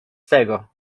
tego